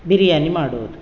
ಬಿರಿಯಾನಿ ಮಾಡುವುದು